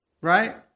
right